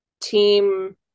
team